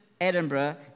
Edinburgh